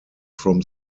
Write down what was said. from